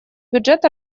бюджет